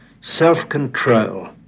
self-control